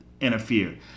interfere